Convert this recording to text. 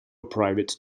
private